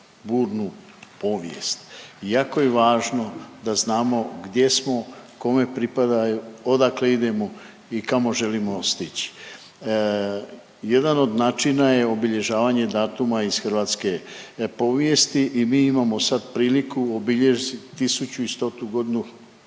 burnu povijest i jako je važno da znamo gdje smo, kome pripadamo, odakle idemo i kamo želimo stići. Jedan od način je obilježavanje datuma iz hrvatske povijesti i mi imamo sad priliku obilježiti 1100. godinu